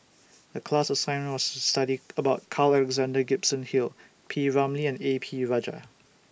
The class assignment was to study about Carl Alexander Gibson Hill P Ramlee and A P Rajah